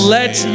let